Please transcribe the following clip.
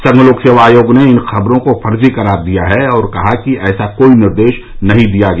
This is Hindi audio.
संघ लोक सेवा आयोग ने इन खबरों को फर्जी करार दिया है और कहा है कि ऐसा कोई निर्देश नहीं दिया गया